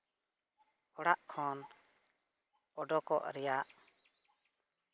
ᱚᱲᱟᱜ ᱠᱷᱚᱱ ᱚᱰᱚᱠᱚᱜ ᱨᱮᱭᱟᱜ